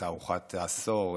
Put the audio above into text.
את תערוכת העשור,